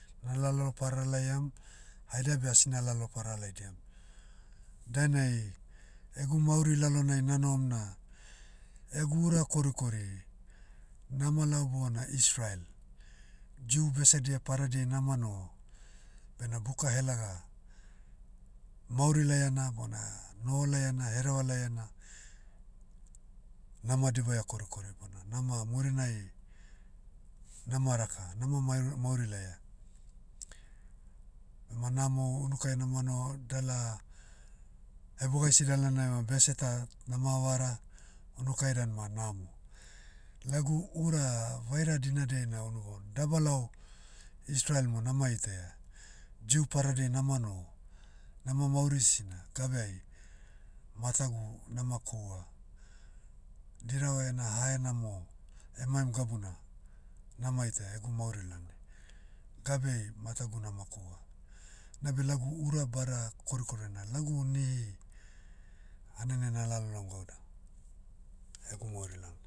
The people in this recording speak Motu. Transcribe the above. Na lalo parara laiam, haidia beh asnalalo para laidiam. Dainai, egu mauri lalonai nanohom na, egu ura korikori, nama lao bona israel, jew besedia padadiai nama noho, bena buka helaga, mauri laiana bona, noho laiana hereva laiana, nama dibaia korikori bona nama- murinai, nama raka. Nama maero- mauri laia. Bema namo unukai nama noho, dala, hebogahisi dalana eva bese ta, nama havara, unukai dan ma namo. Lagu ura vaira dinadiai na unu baon. Dabalao, israel mo nama itaia, jew padadiai nama noho, nama mauri sina, gabeai, matagu nama koua. Dirava ena hahenamo, emaim gabuna, nama itaia egu mauri lalnai, gabeai matagu nama koua. Nabe lagu ura bada korikorina, lagu nihi, hanene nalaloam gauna, egu mauri lalnai.